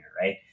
right